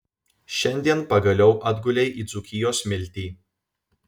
šiandien pagaliau atgulei į dzūkijos smiltį